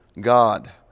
God